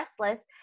restless